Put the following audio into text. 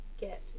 get